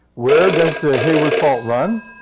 where does the hayward fault run?